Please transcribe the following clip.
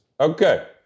Okay